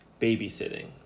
Babysitting